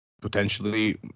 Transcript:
potentially